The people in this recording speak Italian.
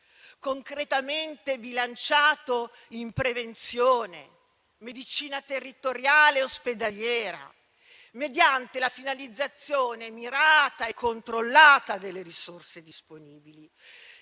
concretamente bilanciato in prevenzione, medicina territoriale e ospedaliera, mediante la finalizzazione mirata e controllata delle risorse disponibili,